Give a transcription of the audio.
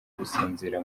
gusinzira